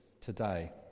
today